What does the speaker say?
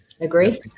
Agree